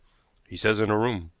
he says in a room,